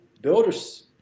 builders